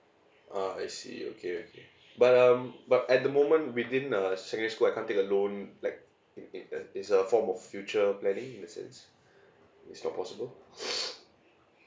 ah I see okay okay but um but at the moment within a secondary school I can't take a loan like it it a it's a form of future planning in a sense it's not possible